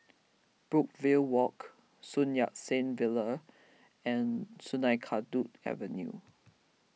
Brookvale Walk Sun Yat Sen Villa and Sungei Kadut Avenue